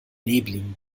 nebeligen